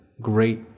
great